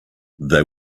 they